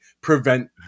prevent